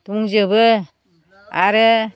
दंजोबो आरो